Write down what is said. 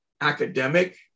academic